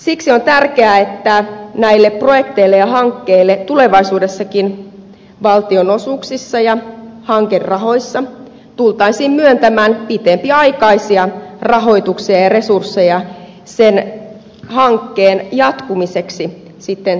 siksi on tärkeää että näille projekteille ja hankkeille tulevaisuudessakin valtionosuuksissa ja hankerahoissa tultaisiin myöntämään pitempiaikaisia rahoituksia ja resursseja hankkeen jatkumiseksi sitten tulevaisuudessa